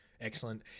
excellent